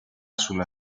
sulla